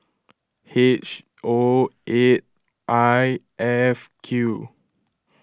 H O eight I F Q